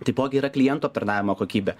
taipogi yra klientų aptarnavimo kokybė